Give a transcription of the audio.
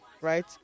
right